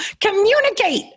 communicate